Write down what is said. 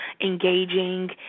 engaging